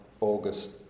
August